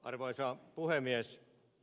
arvoisa puhemies